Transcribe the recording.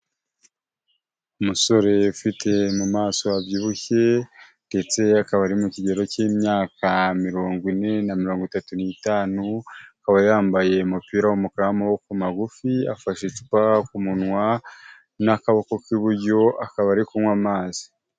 Umusore ufite mu maso habyibushye ndetse akaba ari mu kigero cy'imyaka mirongo ine na mirongo itatu n'itanu, akaba yambaye umupira w'umukara w'amaboko magufi, afashe icupa ku munwa n'akaboko k'iburyo akaba ari kunywa amazi.